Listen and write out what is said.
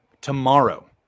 tomorrow